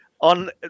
on